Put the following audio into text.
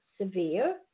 severe